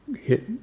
hit